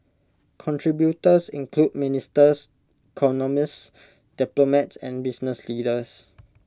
contributors include ministers economists diplomats and business leaders